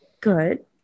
good